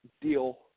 deal